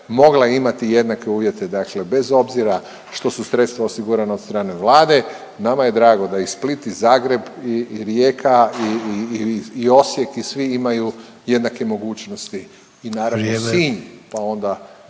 mogla imati jednake uvjete bez obzira što su sredstva osigurana od strane Vlade. Nama je drago da i Split, i Zagreb, i Rijeka, i Osijek i svi imaju jednake mogućnosti i naravno …/Upadica